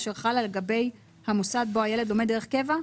אשר חלה לגבי המוסד בו הילד לומד דרך קבע.